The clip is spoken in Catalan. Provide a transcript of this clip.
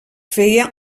feia